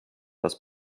das